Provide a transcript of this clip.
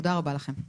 תודה רבה לכם.